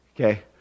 okay